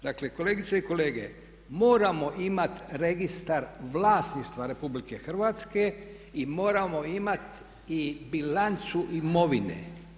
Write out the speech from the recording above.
Dakle, kolegice i kolege, moramo imati registar vlasništva RH i moramo imati i bilancu imovine.